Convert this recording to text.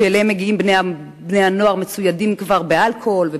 שאליהם מגיעים בני נוער מצוידים במוזיקה ובאלכוהול.